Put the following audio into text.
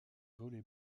volley